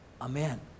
Amen